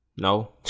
No